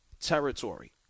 territory